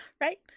Right